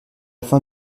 fin